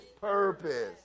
purpose